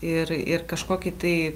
ir ir kažkokį tai